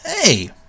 Hey